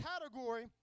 category